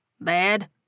Bad